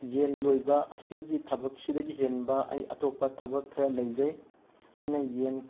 ꯌꯦꯟ ꯂꯣꯏꯕ ꯑꯁꯤꯒꯤ ꯊꯕꯛꯁꯤꯗꯒꯤ ꯍꯦꯟꯕ ꯑꯩ ꯑꯇꯣꯞꯄ ꯊꯕꯛ ꯈꯔ ꯂꯩꯖꯩ ꯑꯩꯅ ꯌꯦꯟ